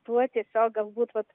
tuo tiesiog galbūt vat